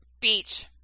Beach